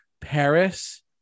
Paris